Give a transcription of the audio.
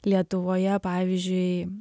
lietuvoje pavyzdžiui